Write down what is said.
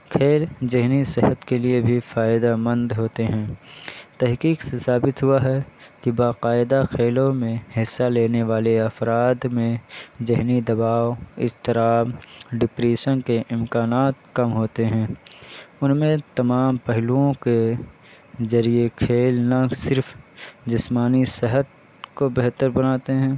کھیل ذہنی صحت کے لیے بھی فائدہ مند ہوتے ہیں تحقیق سے ثابت ہوا ہے کہ باقاعدہ کھیلوں میں حصہ لینے والے افراد میں ذہنی دباؤ اضطراب ڈپریشن کے امکانات کم ہوتے ہیں ان میں تمام پہلوؤں کے ذریعے کھیل نہ صرف جسمانی صحت کو بہتر بناتے ہیں